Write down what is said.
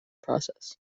process